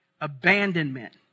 abandonment